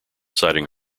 citing